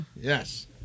Yes